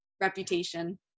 reputation